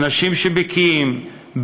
אנשים שבקיאים,